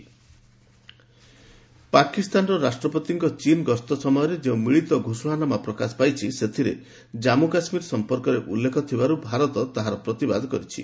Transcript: MEA Pak China ପାକିସ୍ତାନର ରାଷ୍ଟ୍ରପତିଙ୍କ ଚୀନ ଗସ୍ତ ସମୟରେ ଯେଉଁ ମିଳିତ ଘୋଷଣାନାମା ପ୍ରକାଶ ପାଇଛି ସେଥିରେ ଜାନ୍ମୁ କାଶ୍ମୀର ସଂପର୍କରେ ଉଲ୍ଲେଖ ଥିବାରୁ ଭାରତ ତାହାର ପ୍ରତିବାଦ କରିଛି